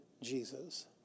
Jesus